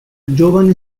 giovane